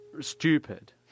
stupid